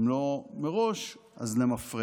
אם לא מראש, אז למפרע.